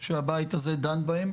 שהבית הזה דן בהן,